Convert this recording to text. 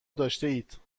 داشتهاید